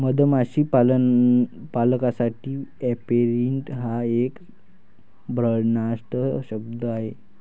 मधमाशी पालकासाठी ऍपेरिट हा एक भन्नाट शब्द आहे